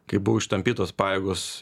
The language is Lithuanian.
kaip buvo ištampytos pajėgos